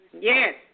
Yes